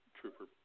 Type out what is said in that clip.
Trooper